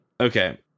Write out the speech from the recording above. Okay